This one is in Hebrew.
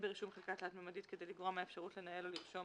ברישום חלקה תלת־ממדית כדי לגרוע מהאפשרות לנהל או לרשום